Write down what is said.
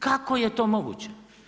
Kako je to moguće?